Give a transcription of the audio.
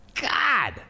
God